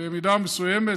במידה מסוימת.